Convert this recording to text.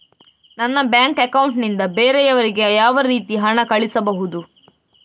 ನನ್ನ bank account ನಿಂದ ಬೇರೆಯವರಿಗೆ ಯಾವ ರೀತಿ ಹಣ ಕಳಿಸಬಹುದು?